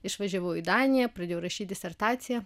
išvažiavau į daniją pradėjau rašyti disertaciją